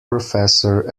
professor